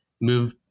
move